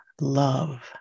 love